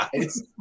guys